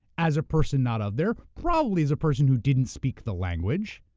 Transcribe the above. as a person not of there, probably is a person who didn't speak the language,